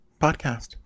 podcast